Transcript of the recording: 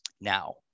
now